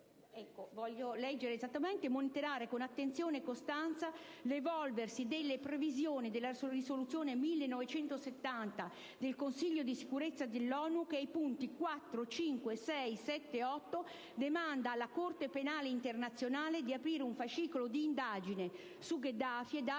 altri paesi europei; a monitorare con attenzione e costanza l'evolversi delle previsioni della Risoluzione n. 1970 del Consiglio di Sicurezza dell'ONU che, ai punti 4, 5, 6, 7, 8 demanda alla Corte Penale Internazionale di aprire un fascicolo di indagine su Gheddafi ed